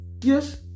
yes